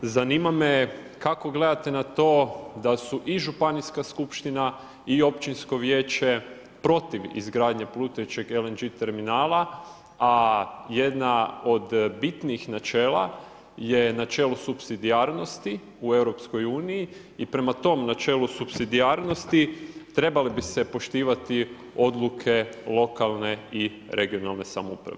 Znanima me kako gledate na to da su i županijska skupština i općinsko vijeće protiv izgradnje plutajućeg LNG terminala, a jedna od bitnih načela je načelo supsidijarnosti u EU i prema tom načelu supsidijarnosti trebale bi se poštivati odluke lokalne i regionalne samouprave.